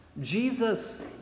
Jesus